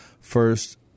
first